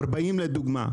40 לדוגמה,